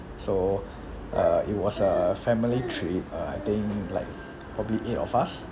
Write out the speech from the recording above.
so uh it was a family trip uh I think like probably eight of us